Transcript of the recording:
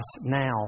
Now